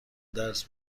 درس